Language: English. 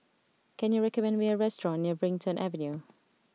can you recommend me a restaurant near Brighton Avenue